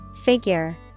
Figure